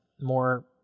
more